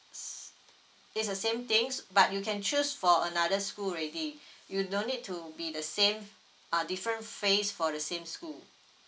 it's the same things but you can choose for another school already you don't need to be the same uh different phase for the same school